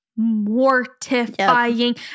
mortifying